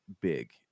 big